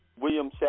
William